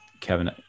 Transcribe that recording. kevin